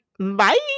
bye